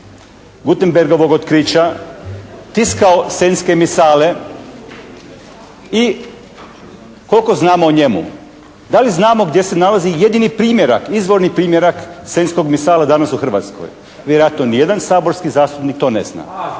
Gutenbergovog otkrića tiskao Senjske misale. I koliko znamo o njemu? Da li znamo gdje se nalazi jedini primjerak, izvorni primjerak Senjskog misala danas u Hrvatskoj? Vjerojatno ni jedan saborski zastupnik to ne zna.